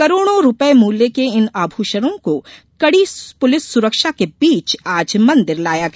करोडो मूल्य की इन आभूषणों को कड़ी पुलिस सुरक्षा के बीच आज मंदिर लाया गया